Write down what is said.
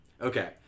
Okay